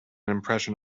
impression